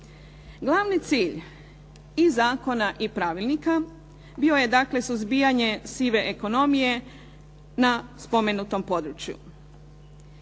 Glavni cilj i zakona i pravilnika bio je dakle suzbijanje sive ekonomije na spomenutom području.